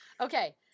Okay